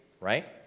right